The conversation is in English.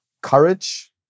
courage